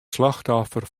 slachtoffer